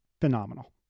phenomenal